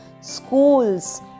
schools